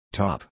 top